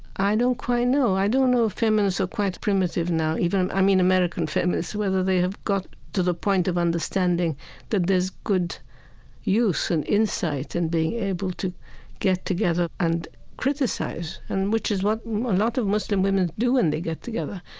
i don't quite know. i don't know if feminists are quite primitive now, even, i mean american feminists, whether they have got to the point of understanding that there's good use and insight and being able to get together and criticize, and which is what a lot of muslim women do when and they get together,